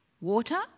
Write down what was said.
water